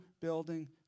building